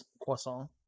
croissant